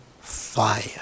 fire